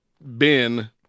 Ben